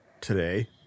today